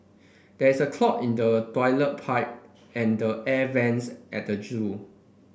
there is a clog in the toilet pipe and the air vents at the zoo